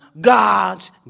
God's